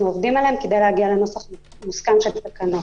עובדים עליהם כדי להגיע לנוסח מוסכם של תקנות.